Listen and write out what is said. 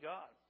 God